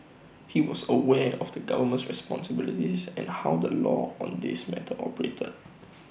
he was aware of the government's responsibilities and how the law on this matter operated